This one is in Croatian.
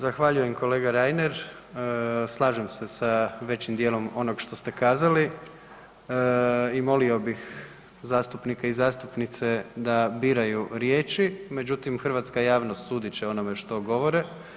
Zahvaljujem kolega Reiner, slažem se sa većim djelom onog što ste kazali i molio bih zastupnike i zastupnice da biraju riječi, međutim hrvatska javnost sudit će o onome što govore.